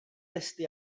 testy